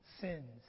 sins